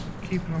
keeping